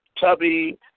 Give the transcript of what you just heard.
Tubby